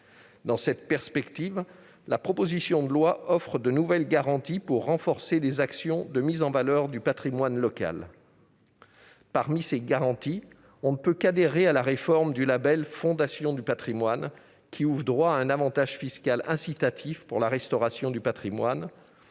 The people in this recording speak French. Dans cette perspective, la proposition de loi offre de nouvelles garanties pour renforcer les actions de mise en valeur du patrimoine local. Parmi celles-ci, on ne peut qu'adhérer à la réforme du label « Fondation du patrimoine », qui donne droit à un avantage fiscal incitatif pour la restauration du patrimoine,